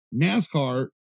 NASCAR